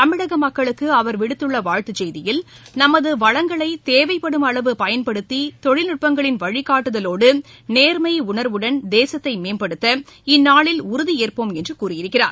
தமிழக மக்களுக்கு அவர் விடுத்திருக்கும் வாழ்த்துச் செய்தியில் நமது வளங்களை தேவைப்படும் அளவு பயன்படுத்தி தொழில் நட்பங்களின் வழிகாட்டுதலோடு நேர்மை உணர்வுடன் தேசத்தை மேம்படுத்த இந்நாளில் உறுதியேற்போம் என்று கூறியிருக்கிறார்